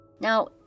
Now